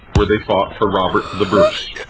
where they fought for robert the bruce,